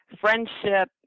friendship